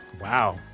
Wow